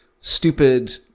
stupid